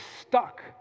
stuck